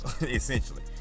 Essentially